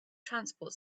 transport